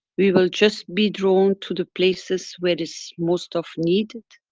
we will just be drawn to the places where is most of need.